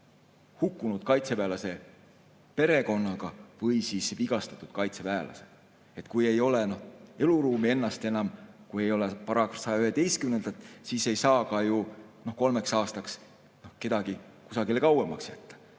hukkunud kaitseväelase perekonnaga või vigastatud kaitseväelasega. Kui enam ei ole eluruumi ennast, kui ei ole § 111, siis ei saa ka ju kolmeks aastaks kedagi kusagile kauemaks jätta.